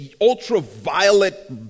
ultraviolet